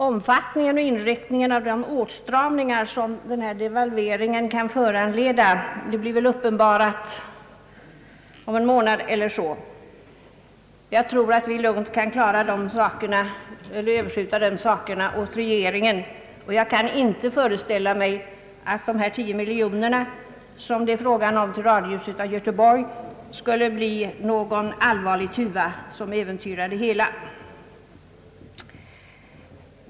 Omfattningen och inriktningen av de åtstramningar som denna devalvering kan föranleda blir väl uppenbara om en månad eller så. Jag tror att vi lugnt kan hänskjuta de sakerna till regering en. Jag kan inte föreställa mig att 10 miljoner kronor för uppförande av ett radiohus i Göteborg skulle bli någon allvarlig tuva som äventyrar det hela.